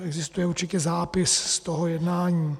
Existuje určitě zápis z toho jednání.